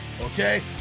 Okay